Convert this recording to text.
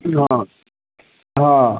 जी हाँ हाँ